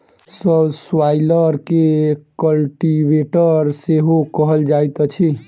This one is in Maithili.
सब स्वाइलर के कल्टीवेटर सेहो कहल जाइत अछि